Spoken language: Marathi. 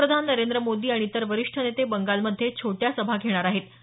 पंतप्रधान नरेंद्र मोदी आणि इतर वरिष्ठ नेते बंगालमध्ये छोट्या सभा घेणार आहेत